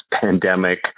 pandemic